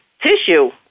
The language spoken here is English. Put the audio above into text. tissue